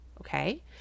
okay